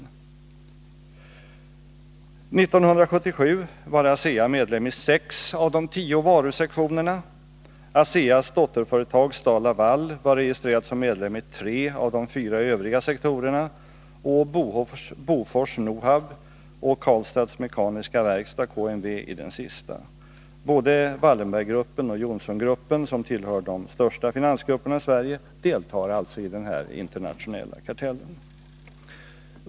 År 1977 var ASEA medlem i sex av de tio varusektionerna. ASEA:s dotterföretag Stal-Laval var registrerat som medlem i tre av de fyra övriga sektorerna och Bofors-NOHAB och KaMeWa i den sista. Både Wallenberggruppen och Johnsongruppen, som tillhör de största finansgrupperna i Sverige, deltar alltså i den här internationella kartellen.